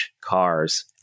cars